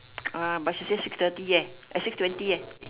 ah but she say six thirty eh uh six twenty eh